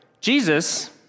Jesus